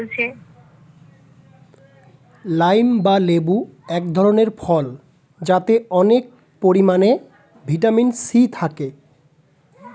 lime বা লেবু এক ধরনের ফল যাতে অনেক পরিমাণে ভিটামিন সি থাকে